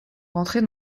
rentrer